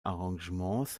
arrangements